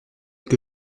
que